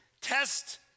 Test